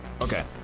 Okay